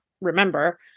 remember